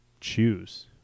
choose